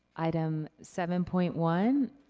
item seven point one,